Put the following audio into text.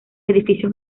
edificios